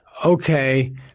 Okay